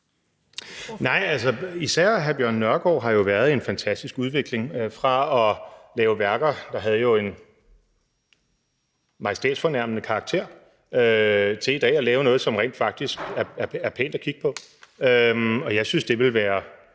især hr. Bjørn Nørgaard har jo gennemgået en fantastisk udvikling fra at lave værker, der havde en majestætsfornærmende karakter, til i dag at lave noget, som rent faktisk er pænt at kigge på, og det ville bestemt ikke være